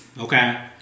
okay